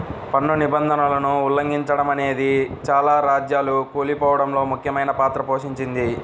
పన్ను నిబంధనలను ఉల్లంఘిచడమనేదే చాలా రాజ్యాలు కూలిపోడంలో ముఖ్యమైన పాత్ర పోషించింది